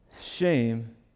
shame